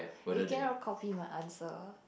you cannot copy my answer